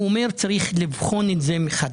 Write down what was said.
הוא אומר: יש לבחון את זה מחדש.